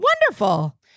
Wonderful